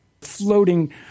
floating